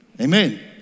Amen